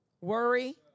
Worry